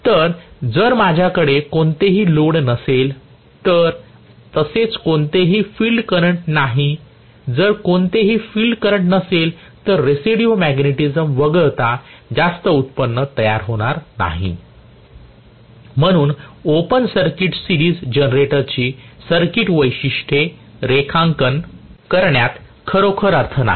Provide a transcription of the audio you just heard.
तर जर माझ्याकडे कोणतेही लोड भार नसेल तर तसेच कोणतेही फील्ड करंट नाही जर कोणतेही फील्ड करंट नसेल तर रेसिड्यूल मॅग्नेटिझम वगळता जास्त उत्पन्न तयार होणार नाही म्हणून ओपन सर्किट सिरीज जनरेटरची सर्किट वैशिष्ट्ये रेखांकन करण्यात खरोखर काही अर्थ नाही